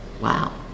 Wow